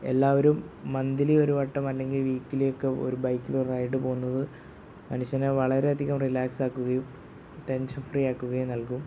എല്ലാവരും മന്തിലി ഒരു വട്ടം അല്ലെങ്കിൽ വീക്കലിയൊക്കെ ഒരു ബൈക്കിലൊരു റൈഡ് പോവുന്നത് മനുഷ്യനെ വളരെ അധികം റിലാക്സാക്കുകയും ടെൻഷൻ ഫ്രീ ആക്കുകയും നൽകും